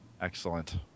excellent